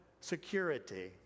security